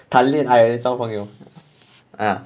谈恋爱还是加朋友 ah